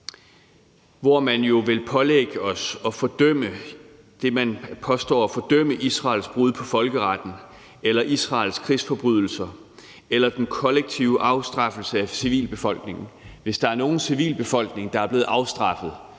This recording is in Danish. hvor man jo vil pålægge os at fordømme det, man påstår er Israels brud på folkeretten eller Israels krigsforbrydelser eller den kollektive afstraffelse af civilbefolkningen. Hvis der er nogen civilbefolkning, der er blevet afstraffet,